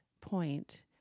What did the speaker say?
point